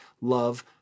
Love